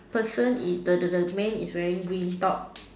person it the the the man is wearing green top